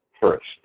first